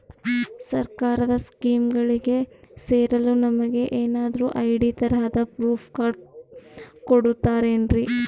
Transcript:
ಸರ್ಕಾರದ ಸ್ಕೀಮ್ಗಳಿಗೆ ಸೇರಲು ನಮಗೆ ಏನಾದ್ರು ಐ.ಡಿ ತರಹದ ಪ್ರೂಫ್ ಕಾರ್ಡ್ ಕೊಡುತ್ತಾರೆನ್ರಿ?